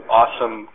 awesome